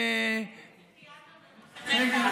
אין פסיכיאטרים במרכזי חוסן, זה מה שאין.